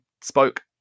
spoke